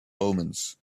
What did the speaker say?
omens